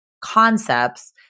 concepts